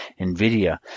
Nvidia